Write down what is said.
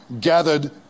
gathered